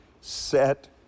set